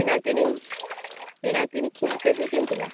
କିଣାକିଣି କିଣାକିଣି ଖିଆ ପିଆ ସବୁ କେମିତି ହେଲା